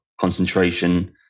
concentration